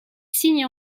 signe